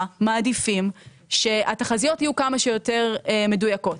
מעדיפים שהתחזיות יהיו כמה שיותר מדויקות,